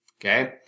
okay